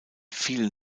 vielen